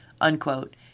unquote